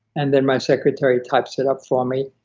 and then my secretary types it up for me,